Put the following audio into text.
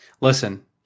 Listen